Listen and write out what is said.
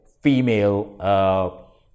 female